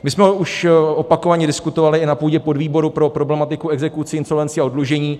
My jsme ho už opakovaně diskutovali i na půdě podvýboru pro problematiku exekucí, insolvencí a oddlužení.